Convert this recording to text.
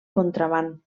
contraban